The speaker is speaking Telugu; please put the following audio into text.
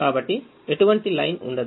కాబట్టి ఎటువంటి లైన్ ఉండదు